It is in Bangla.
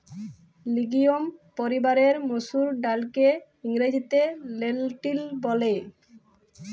লিগিউম পরিবারের মসুর ডাইলকে ইংরেজিতে লেলটিল ব্যলে